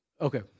okay